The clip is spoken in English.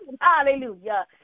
Hallelujah